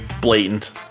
blatant